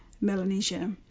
Melanesia